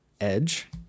edge